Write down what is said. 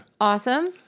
Awesome